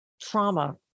trauma